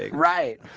ah right?